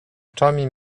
oczami